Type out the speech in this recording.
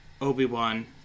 Obi-Wan